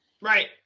Right